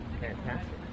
Fantastic